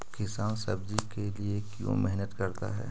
किसान सब्जी के लिए क्यों मेहनत करता है?